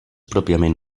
pròpiament